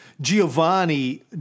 Giovanni